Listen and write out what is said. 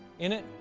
in it,